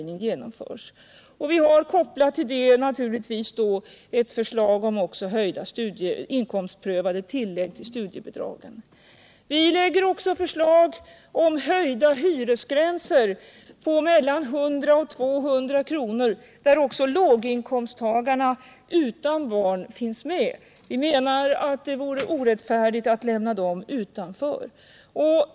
Naturligtvis har vi härtill kopplat ett förslag om höjning av det inkomstprövade tillägget inom studiehjälpen. Vi har också lagt fram förslag om en höjning av hyresgränserna på mellan 100 och 200 kr., som också omfattar låginkomsttagarna utan barn. Det vore, enligt vår mening, orättfärdigt att lämna dem utanför.